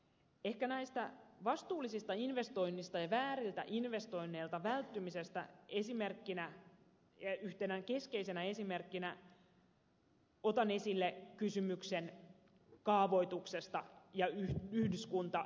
ehkä näistä vastuullisista investoinneista ja vääriltä investoinneilta välttymisestä esimerkkinä yhtenä keskeisenä esimerkkinä otan esille kysymyksen kaavoituksesta ja yhdyskuntasuunnittelusta